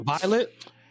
Violet